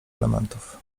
elementów